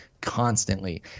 Constantly